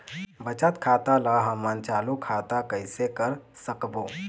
बचत खाता ला हमन चालू खाता कइसे कर सकबो?